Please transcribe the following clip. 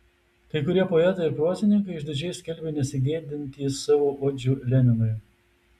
kai kurie poetai ir prozininkai išdidžiai skelbė nesigėdintys savo odžių leninui